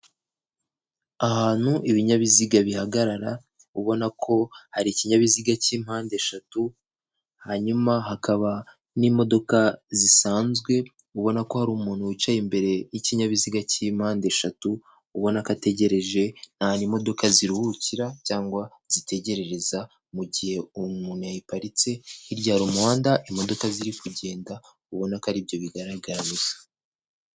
Ahantu ibinyabiziga bihagarara ubona ko hari ikinyabiziga cy'impandeshatu hanyuma hakaba n'imodoka zisanzwe ubona ko hari umuntu wicaye imbere y'ikinyabiziga cy'impande eshatu ubona ko ategereje ni ahantu imodoka ziruhukira cyangwa zitegerereza mu gihe uwo umuntu yayiparitse hiryara umuhanda imodoka ziri kugenda ubona ko aribyo bigaragara gusa.